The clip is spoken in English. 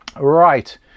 right